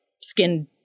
skin